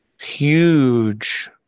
huge